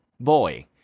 boy